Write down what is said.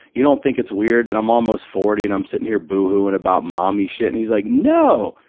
you don't think it's weird that i'm almost forty and i'm sitting here boo-hooing about mommy shit? and he's like, no!